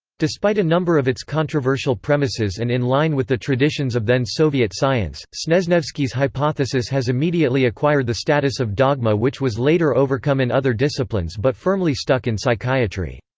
despite a number of its controversial premises and in line with the traditions of then soviet science, snezhnevsky's hypothesis has immediately acquired the status of dogma which was later overcome in other disciplines but firmly stuck in psychiatry.